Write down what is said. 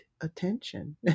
attention